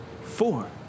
four